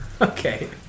Okay